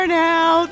now